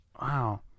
Wow